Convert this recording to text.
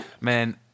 Man